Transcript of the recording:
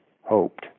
hoped